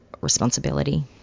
responsibility